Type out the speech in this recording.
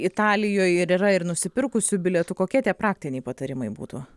italijoj ir yra ir nusipirkusių bilietų kokie tie praktiniai patarimai būtų